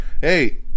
Hey